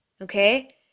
Okay